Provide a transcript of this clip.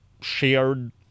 shared